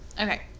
Okay